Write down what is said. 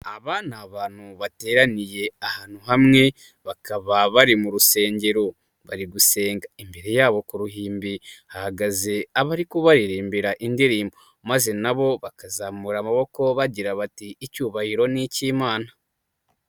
Aba ni abantu bateraniye ahantu hamwe bakaba bari mu rusengero bari gusenga. Imbere yabo ku ruhimbi hahagaze abari kuba bariririmbira indirimbo maze na bo bakazamura amaboko bagira bati" icyubahiro ni icy'Imana".